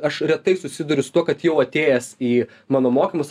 aš retai susiduriu su tuo kad jau atėjęs į mano mokymus